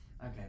Okay